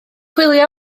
chwilio